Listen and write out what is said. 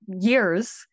years